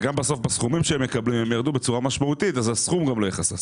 וגם בסכומים שהם מקבלים הם ירדו בצורה משמעותית אז גם הסכום לא יכסה.